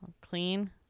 Clean